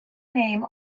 name